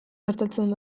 gertatzen